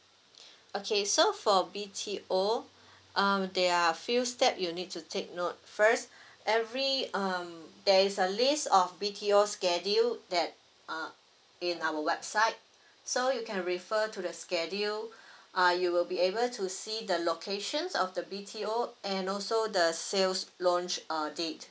okay so for B_T_O um there are few step you need to take note first every um there is a list of B_T_O schedule that uh in our website so you can refer to the schedule uh you will be able to see the locations of the B_T_O and also the sales launch uh date